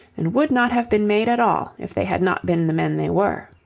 and would not have been made at all if they had not been the men they were.